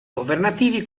governativi